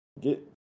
Get